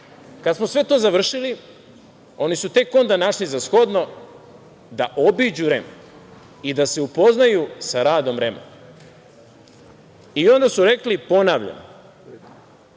smo sve to završili oni su tek onda našli za shodno da obiću REM i da se upoznaju sa radom REM. I onda su rekli, ponavljam,